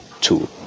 two